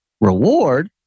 reward